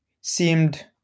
seemed